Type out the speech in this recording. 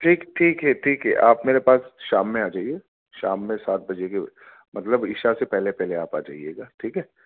ٹھیک ٹھیک ہے ٹھیک ہے آپ میرے پاس شام میں آجائیے شام میں سات بجے کے مطلب عشاء سے پہلے پہلے آپ آجائیے گا ٹھیک ہے